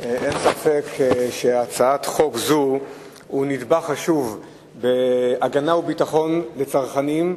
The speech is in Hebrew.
אין ספק שהצעת חוק זו היא נדבך חשוב בהגנה וביטחון לצרכנים.